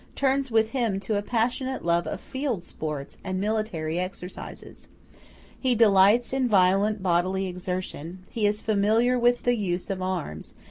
turns with him to a passionate love of field sports and military exercises he delights in violent bodily exertion, he is familiar with the use of arms,